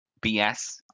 BS